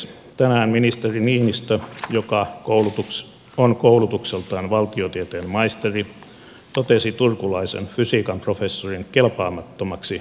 tänään ministeri niinistö joka on koulutukseltaan valtiotieteen maisteri totesi turkulaisen fysiikan professorin kelpaamattomaksi ilmastotutkijaksi